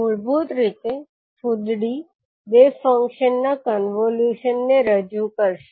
મૂળભૂત રીતે ફૂદડી બે ફંક્શન ના કોન્વોલ્યુશન ને રજૂ કરશે